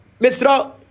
Mr